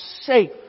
safe